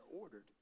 ordered